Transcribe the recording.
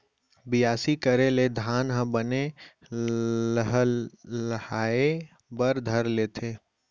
बियासी करे ले धान ह बने लहलहाये बर धर लेथे